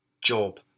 job